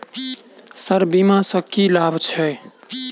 Sir बीमा सँ की लाभ छैय?